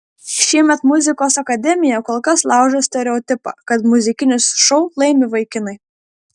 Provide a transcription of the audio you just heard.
šiemet muzikos akademija kol kas laužo stereotipą kad muzikinius šou laimi vaikinai